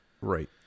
Right